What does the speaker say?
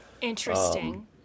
interesting